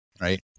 right